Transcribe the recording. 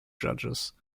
judges